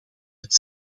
het